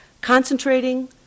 concentrating